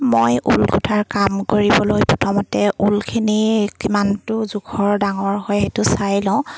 মই ঊল গোঠাৰ কাম কৰিবলৈ প্ৰথমতে ঊলখিনি কিমানটো জোখৰ ডাঙৰ হয় সেইটো চাই লওঁ